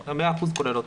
זה מאה אחוז כולל אותם.